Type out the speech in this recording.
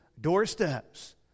doorsteps